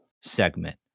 segment